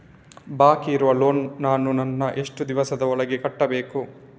ಬಾಕಿ ಇರುವ ಲೋನ್ ನನ್ನ ನಾನು ಎಷ್ಟು ದಿವಸದ ಒಳಗೆ ಕಟ್ಟಬೇಕು?